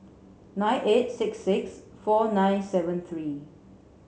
nine eight six six four nine seven three